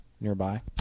nearby